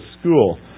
school